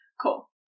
cool